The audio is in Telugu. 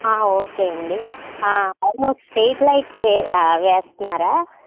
ఓకే అండి అవును స్ట్రీట్ లైట్స్ లేవు అవి వేస్తున్నారా